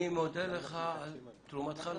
אני מודה על תרומתך לדיון,